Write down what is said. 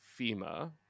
FEMA